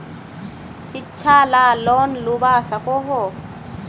शिक्षा ला लोन लुबा सकोहो?